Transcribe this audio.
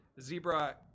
Zebra